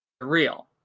real